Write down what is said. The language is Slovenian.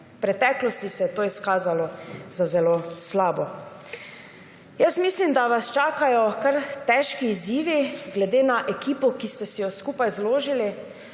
V preteklosti se je to izkazalo za zelo slabo. Mislim, da vas čakajo kar težki izzivi, glede na ekipo, ki ste si jo skupaj zložili.